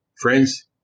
Friends